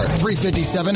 .357